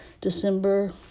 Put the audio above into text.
December